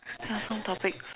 some topics